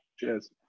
Cheers